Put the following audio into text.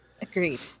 Agreed